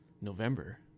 November